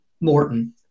Morton